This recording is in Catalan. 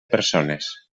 persones